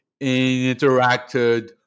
interacted